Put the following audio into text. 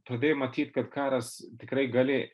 todėl matyt kad karas tikrai gali